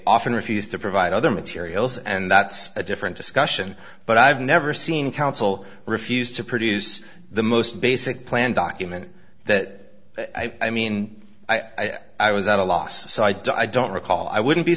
often refused to provide other materials and that's a different discussion but i've never seen counsel refused to produce the most basic plan document that i mean i i was at a loss so i don't i don't recall i wouldn't be